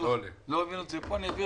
תן